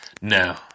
No